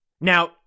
Now